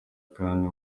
kandi